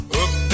up